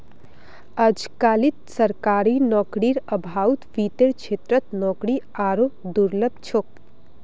अजकालित सरकारी नौकरीर अभाउत वित्तेर क्षेत्रत नौकरी आरोह दुर्लभ छोक